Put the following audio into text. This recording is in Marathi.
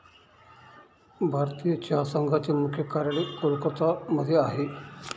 भारतीय चहा संघाचे मुख्य कार्यालय कोलकत्ता मध्ये आहे